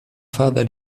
further